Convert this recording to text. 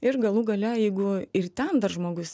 ir galų gale jeigu ir ten dar žmogus